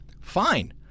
fine